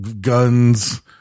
guns